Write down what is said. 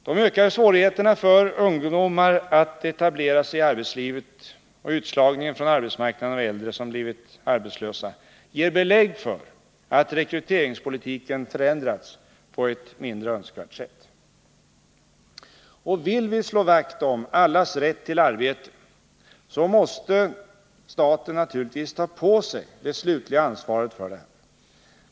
De ökade svårigheterna för ungdomar att etablera sig i arbetslivet och utslagningen från arbetsmarknaden av äldre som blivit arbetslösa ger belägg för att rekryteringspolitiken förändrats på ett mindre önskvärt sätt. Vill vi slå vakt om allas rätt till arbete måste staten naturligtvis ta på sig det slutliga ansvaret för detta.